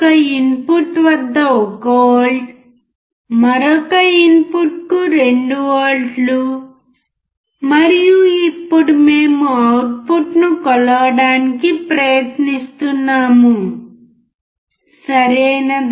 ఒక ఇన్పుట్ వద్ద 1 వోల్ట్ మరొక ఇన్పుట్ కు 2 వోల్ట్లు మరియు ఇప్పుడు మేము అవుట్పుట్ను కొలవడానికి ప్రయత్నిస్తున్నాము సరియైనదా